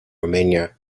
romania